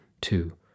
two